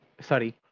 Sorry